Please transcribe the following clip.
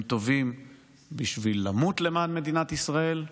הם טובים בשביל למות למען מדינת ישראל,